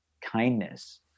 kindness